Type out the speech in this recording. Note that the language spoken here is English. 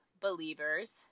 believers